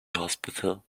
hospital